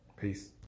Peace